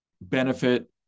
benefit